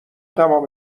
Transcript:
تمام